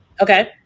okay